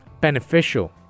beneficial